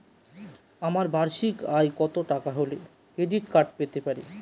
আমার বার্ষিক আয় কত টাকা হলে ক্রেডিট কার্ড পেতে পারি?